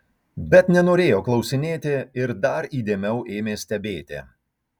bet nenorėjo klausinėti ir dar įdėmiau ėmė stebėti